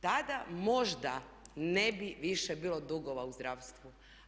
Tada možda ne bi više bilo dugova u zdravstvu.